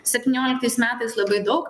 septynioliktais metais labai daug